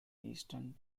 eastern